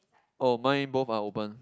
oh mine both are open